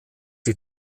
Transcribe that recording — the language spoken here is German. die